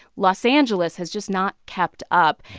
los angeles has just not kept up,